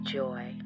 joy